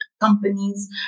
companies